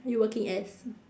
what you working as